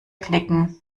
knicken